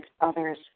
others